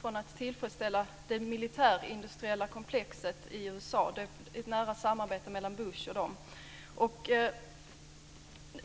för att tillfredsställa det militärindustriella komplexet i USA. Det råder ett nära samarbete mellan detta och Bush.